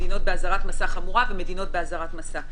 מדינות באזהרת מסע חמורה ומדינות באזהרת מסע.